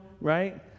right